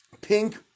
pink